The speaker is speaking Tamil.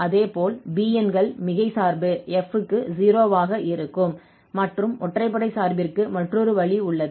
அதேபோல் bn கள் மிகை சார்பு f க்கு 0 ஆக இருக்கும் மற்றும் ஒற்றைப்படை சார்பிற்க்கு மற்றொரு வழி உள்ளது